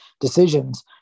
decisions